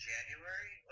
January